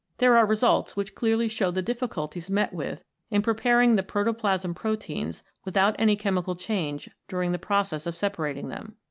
there are results which clearly show the difficulties met with in preparing the protoplasm-proteins without any chemical change during the process of separating them.